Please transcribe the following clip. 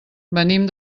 venim